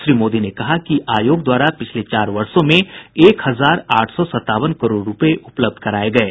श्री मोदी ने कहा कि आयोग द्वारा पिछले चार वर्षो में एक हजार आठ सौ सतावन करोड़ रूपये उपलब्ध कराये गये